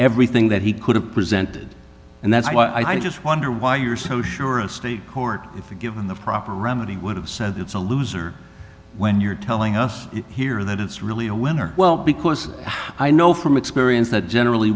everything that he could have presented and that's why i just wonder why you're so sure a state court if given the proper remedy would have said it's a loser when you're telling us here that it's really a winner well because i know from experience that generally